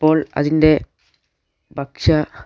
അപ്പോൾ അതിൻ്റെ ഭക്ഷ്യ